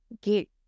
get